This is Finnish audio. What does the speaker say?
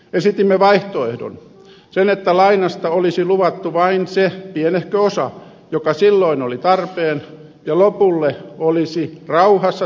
esitimme vaihtoehdon sen että lainasta olisi luvattu vain se pienehkö osa joka silloin oli tarpeen ja lopulle olisi rauhassa tehty velkajärjestely